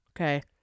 Okay